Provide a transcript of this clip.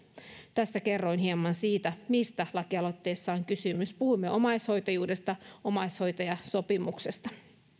tässä kerroin hieman siitä mistä lakialoitteessa on kysymys puhumme omaishoitajuudesta omaishoitajasopimuksesta